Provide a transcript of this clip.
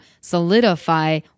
solidify